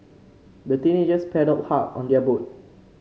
the teenagers paddled hard on their boat